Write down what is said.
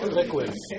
liquids